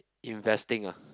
investing uh